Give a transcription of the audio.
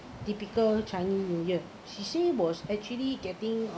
typical chinese new year she say was actually getting uh